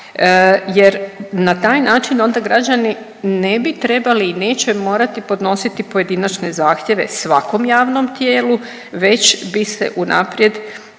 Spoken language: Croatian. jer na taj način onda građani ne bi trebali i neće morati podnositi pojedinačne zahtjeve svakom javnom tijelu već bi se unaprijed